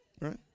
right